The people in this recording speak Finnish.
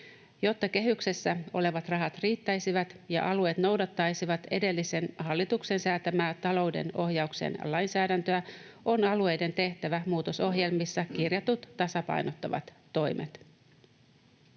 Jotta kehyksessä olevat rahat riittäisivät ja alueet noudattaisivat edellisen hallituksen säätämää talouden ohjauksen lainsäädäntöä, on alueiden tehtävä muutosohjelmissa kirjatut tasapainottavat toimet.